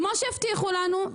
כמו שהבטיחו לנו,